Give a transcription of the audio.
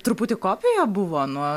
truputį kopija buvo nuo